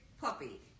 puppy